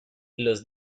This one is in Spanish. los